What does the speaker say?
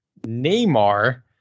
Neymar